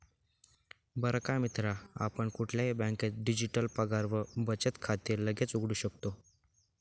बर का मित्रा आपण कुठल्याही बँकेत डिजिटल पगार व बचत खाते लगेच उघडू शकतो